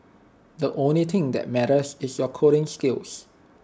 the only thing that matters is your coding skills